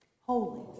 Holy